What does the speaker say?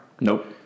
nope